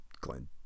Glenn